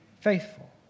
faithful